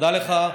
תודה לך,